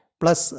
plus